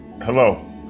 Hello